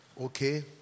Okay